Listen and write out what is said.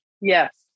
Yes